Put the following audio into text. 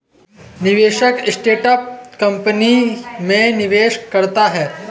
निवेशक startup company में निवेश करता है